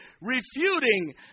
refuting